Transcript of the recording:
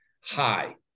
high